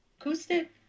acoustic